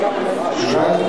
הבנתי.